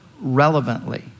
relevantly